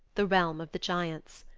the realm of the giants.